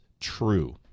true